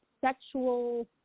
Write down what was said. sexual